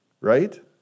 right